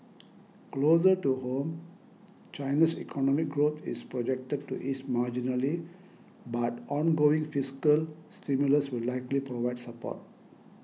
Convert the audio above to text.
closer to home China's economic growth is projected to ease marginally but ongoing fiscal stimulus will likely provide support